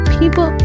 people